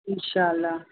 انشاء اللہ